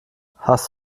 hast